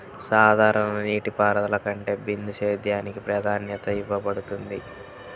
సాధారణ నీటిపారుదల కంటే బిందు సేద్యానికి ప్రాధాన్యత ఇవ్వబడుతుంది